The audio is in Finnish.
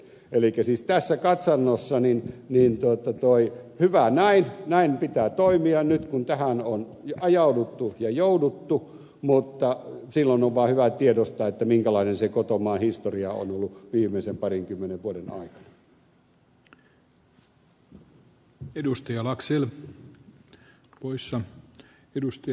elikkä siis tässä katsannossa hyvä näin näin pitää toimia nyt kun tähän on ajauduttu ja jouduttu mutta silloin on vaan hyvä tiedostaa minkälainen se kotomaan historia on ollut viimeisen parinkymmenen vuoden aikana